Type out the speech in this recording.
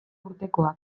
urtekoak